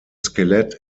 skelett